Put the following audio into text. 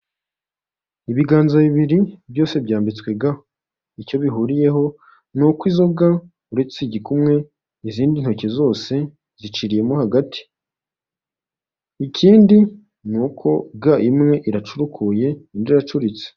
Ibiganza bibiri byose byambitswe ga. Icyo bihuriyeho ni uko izo ga, uretse igikumwe, izindi ntoki zose ziciriyemo hagati. Ikindi ni uko ga imwe iracurukuye, indi iracuritse.